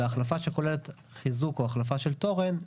והחלפה שכוללת חיזוק או החלפה של תורן,